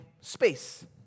space